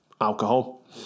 alcohol